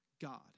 God